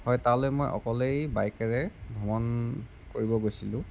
হয় তালৈ মই অকলেই বাইকেৰে ভ্ৰমণ কৰিব গৈছিলোঁ